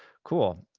cool.